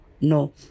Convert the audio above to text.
no